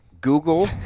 Google –